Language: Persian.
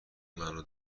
منو